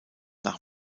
nach